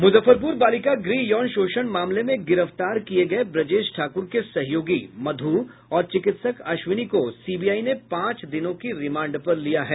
मुजफ्फरपूर बालिका गृह यौन शोषण मामले में गिरफ्तार किये गये ब्रजेश ठाक्र के सहयोगी मधु और चिकित्सक अश्विनी को सीबीआई ने पांच दिनों की रिमांड पर लिया है